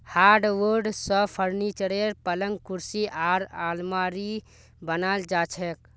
hardwood स furniture, पलंग कुर्सी आर आलमारी बनाल जा छेक